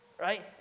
Right